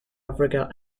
africa